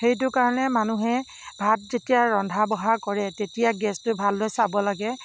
সেইটো কাৰণে মানুহে ভাত যেতিয়া ৰন্ধা বঢ়া কৰে তেতিয়া গেছটো ভালদৰে চাব লাগে